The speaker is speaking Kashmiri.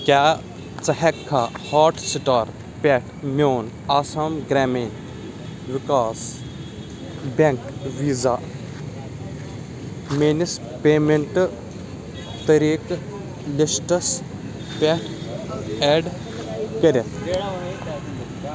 کیٛاہ ژٕ ہٮ۪کھا ہاٹ سٹار پٮ۪ٹھ میون آسام گرٛامیٖن وِکاس بیٚنٛک ویٖزا میٲنِس پیمیٚنٹ طٔریٖقہٕ لِسٹَس پٮ۪ٹھ ایڈ کٔرِتھ